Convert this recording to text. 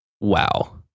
Wow